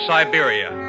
Siberia